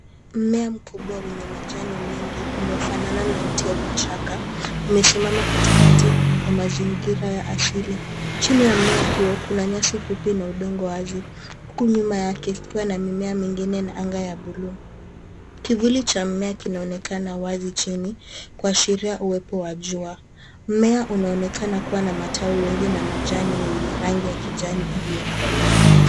Mmea mkubwa mwenye majani mengi unaofanana na mti au kichaka umesimama katikati ya mazingira ya asili. Chini ya mmea huo kuna nyasi fupi na udongo wazi huku nyuma yake kukiwa na mimea mingine na anga ya buluu. Kivuli cha mmea kinaonekana wazi chini kuashiria uwepo wa jua mmea unaonekana kuwa na matawi mengi na majani yenye rangi ya kijani iliokolea.